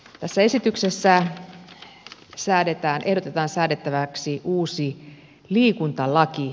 tässä esityksessä ehdotetaan säädettäväksi uusi liikuntalaki